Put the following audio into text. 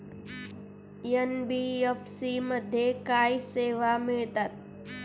NBFC मध्ये काय सेवा मिळतात?